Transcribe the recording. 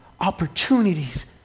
opportunities